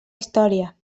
història